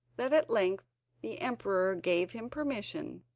that at length the emperor gave him permission,